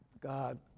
God